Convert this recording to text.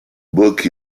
book